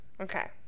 Okay